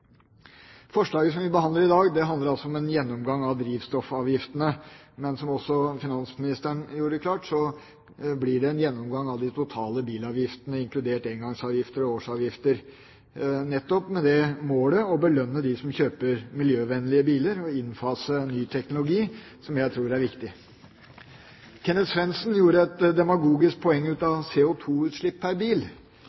Forslaget som vi behandler i dag, handler altså om en gjennomgang av drivstoffavgiftene. Men som også finansministeren gjorde klart, blir det en gjennomgang av de totale bilavgiftene, inkludert engangsavgifter og årsavgifter, nettopp med det mål å belønne dem som kjøper miljøvennlige biler, og å innfase ny teknologi, som jeg tror er viktig. Kenneth Svendsen gjorde et demagogisk poeng av